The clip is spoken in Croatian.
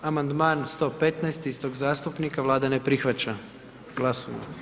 Amandman 115, istog zastupnika, Vlada ne prihvaća, glasujmo.